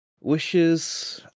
Wishes